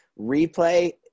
Replay